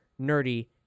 nerdy